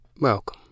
Welcome